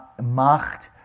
macht